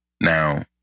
Now